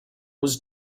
was